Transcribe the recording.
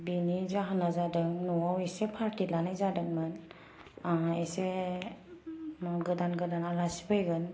बिनि जाहोना जादों न'आव इसे पार्टि लानाय जादोंमोन आं इसे गोदान गोदान आलासि फैगोन